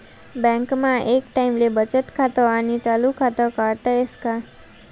बँकमा एक टाईमले बचत खातं आणि चालू खातं काढता येस का?